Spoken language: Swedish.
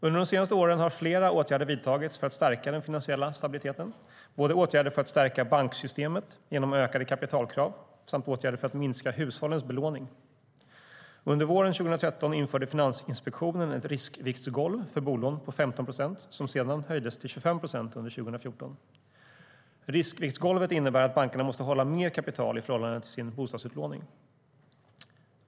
Under de senaste åren har flera åtgärder vidtagits för att stärka den finansiella stabiliteten, både åtgärder för att stärka banksystemet genom ökade kapitalkrav och åtgärder för att minska hushållens belåning. Under våren 2013 införde Finansinspektionen ett riskviktsgolv för bolån på 15 procent, som sedan höjdes till 25 procent under 2014. Riskviktsgolvet innebär att bankerna måste hålla mer kapital i förhållande till sin bostadsutlåning.